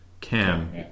Cam